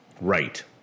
Right